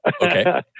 Okay